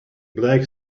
black